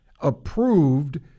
approved